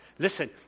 Listen